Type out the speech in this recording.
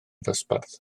dosbarth